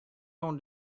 own